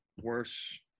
worse